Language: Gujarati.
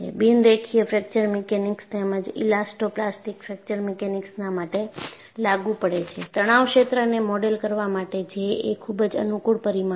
બિન રેખીય ફ્રેકચર મિકેનિક્સ તેમજ ઇલાસ્ટો પ્લાસ્ટિક ફ્રેકચર મિકેનિક્સના માટે લાગુ પડે છે તણાવ ક્ષેત્રને મોડેલ કરવા માટે J એ ખૂબ જ અનુકૂળ પરિમાણ છે